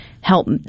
help